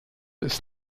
ist